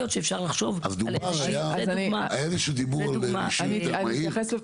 היו שדיברו על רישוי היתר מהיר.